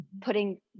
putting